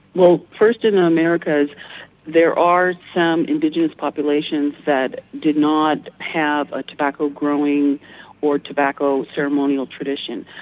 well first in ah america there are some indigenous populations that did not have a tobacco growing or tobacco ceremonial traditional.